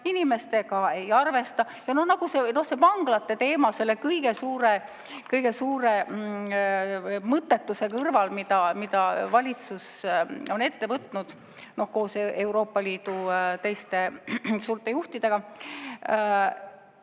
inimestega ei arvesta. Ja see vanglate teema selle kõige suure mõttetuse kõrval, mida valitsus on ette võtnud koos Euroopa Liidu teiste suurte juhtidega